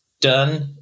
done